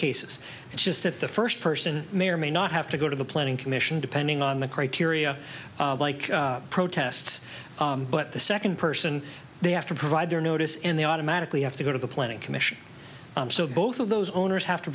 cases it's just that the first person may or may not have to go to the planning commission depending on the criteria like protests but the second person they have to provide their notice and they automatically have to go to the planning commission so both of those owners have to